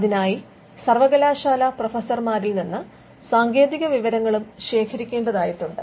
അതിനായി സർവകലാശാല പ്രൊഫസർമാരിൽ നിന്ന് സാങ്കേതിക വിവരങ്ങളും ശേഖരിക്കേണ്ടതായിട്ടുണ്ട്